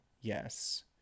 yes